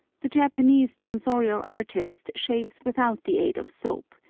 the japanese tonsorial artist shaves without the aid of soap,